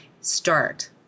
Start